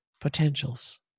potentials